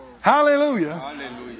Hallelujah